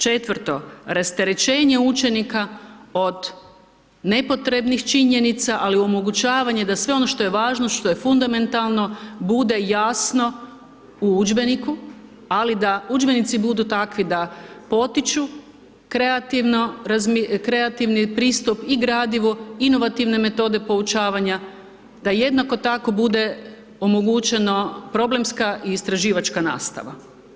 Četvrto, rasterećenje učenika od nepotrebnih činjenica, ali omogućavanja da sve ono što je važno, što je fundamentalno bude jasno u udžbeniku, ali da udžbenici budu takvi da potiču kreativni pristup, i gradivu, inovativne metode poučavanja, da jednako tako bude omogućeno problemska i istraživačka nastava.